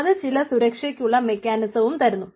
അത് ചില സുരക്ഷക്കുളള മെക്കാനിസവും തരുന്നു